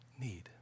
need